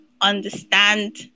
understand